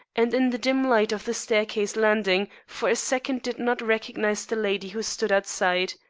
and in the dim light of the staircase landing, for a second did not recognize the lady who stood outside.